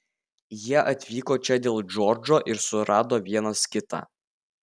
jie atvyko čia dėl džordžo ir surado vienas kitą